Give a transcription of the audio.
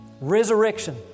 Resurrection